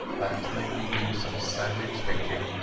that made me do some savage thinking.